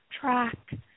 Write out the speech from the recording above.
track